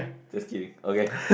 just kidding okay